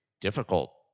difficult